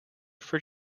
for